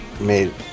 made